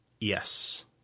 Yes